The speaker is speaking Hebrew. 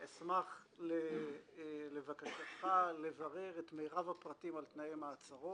לבקשתך, אשמח לברר את מירב הפרטים על מעצרו